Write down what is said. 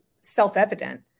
self-evident